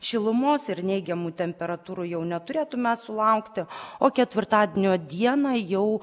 šilumos ir neigiamų temperatūrų jau neturėtume sulaukti o ketvirtadienio dieną jau